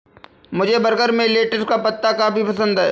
मुझे बर्गर में लेटिस का पत्ता काफी पसंद है